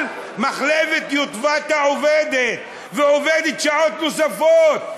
אבל מחלבת יטבתה עובדת, ועובדת שעות נוספות.